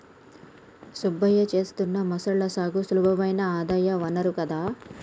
సుబ్బయ్య చేత్తున్న మొసళ్ల సాగు సులభమైన ఆదాయ వనరు కదా